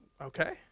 okay